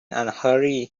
unhurried